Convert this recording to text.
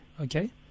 okay